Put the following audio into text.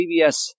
CBS